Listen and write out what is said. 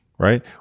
right